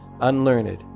unlearned